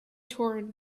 torn